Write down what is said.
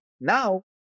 Now